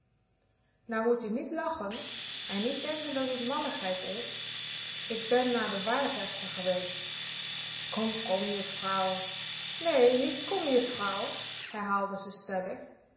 nou mot u nièt lachen en niet denken dat t malligheid is ik ben naar de waarzegster geweest kom kom juffrouw nee niet kom juffrouw herhaalde ze stellig